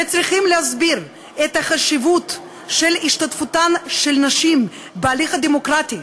וצריכים להסביר את החשיבות של השתתפות נשים בהליך הדמוקרטי,